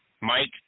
Mike